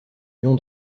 lion